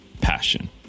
passion